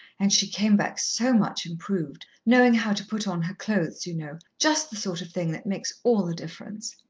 and she came back so much improved knowing how to put on her clothes, you know. just the sort of thing that makes all the difference.